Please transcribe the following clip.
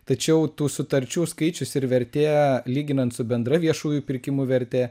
tačiau tų sutarčių skaičius ir vertė lyginant su bendra viešųjų pirkimų verte